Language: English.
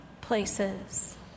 places